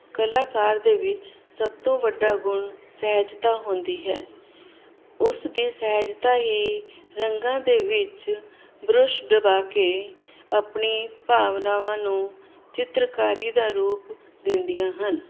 ਕਲਾਕਾਰ ਦੇ ਵਿੱਚ ਸਭ ਤੋਂ ਵੱਡਾ ਗੁਣ ਸਹਿਜਤਾ ਹੁੰਦੀ ਹੈ ਉਸ ਦੀ ਸਹਿਜਤਾ ਹੀ ਰੰਗਾਂ ਦੇ ਵਿੱਚ ਬਰੁਸ਼ ਡਬਾ ਕੇ ਆਪਣੀ ਭਾਵਨਾਵਾਂ ਨੂੰ ਚਿੱਤਰਕਾਰੀ ਦਾ ਰੂਪ ਦਿੰਦੀਆਂ ਹਨ